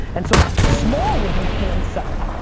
and so the small would be handselling.